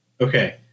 Okay